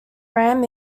ram